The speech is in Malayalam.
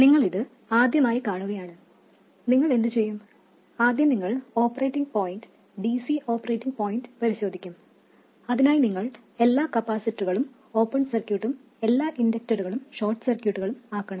നിങ്ങൾ ഇത് ആദ്യമായി കാണുകയാണ് നിങ്ങൾ എന്തുചെയ്യും ആദ്യം നിങ്ങൾ operating point dc operating point പരിശോധിക്കും അതിനായി നിങ്ങൾ എല്ലാ കപ്പാസിറ്ററുകളും ഓപ്പൺ സർക്യൂട്ടും എല്ലാ ഇൻഡക്റ്ററുകളും ഷോർട്ട് സർക്യൂട്ടുകളും ആക്കണം